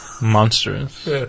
monstrous